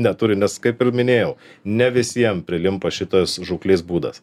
neturi nes kaip ir minėjau ne visiem prilimpa šitas žūklės būdas